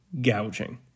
gouging